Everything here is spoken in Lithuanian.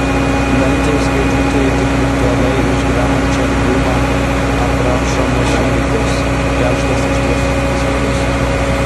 bent jau skaitytojui tik virtualiai išgyvenančiam diuma aprašomus įvykius kerštas išties saldus